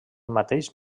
mateix